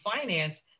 finance